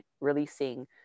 releasing